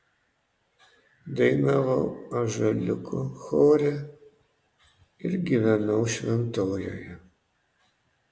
dainavau ąžuoliuko chore ir gyvenau šventojoje